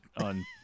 on